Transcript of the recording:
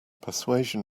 persuasion